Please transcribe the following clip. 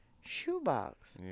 shoebox